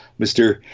Mr